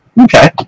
Okay